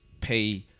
pay